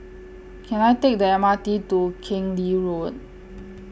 Can I Take The M R T to Keng Lee Road